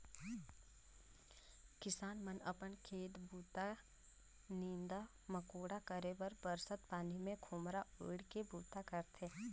किसान मन अपन खेत बूता, नीदा मकोड़ा करे बर बरसत पानी मे खोम्हरा ओएढ़ के बूता करथे